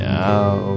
now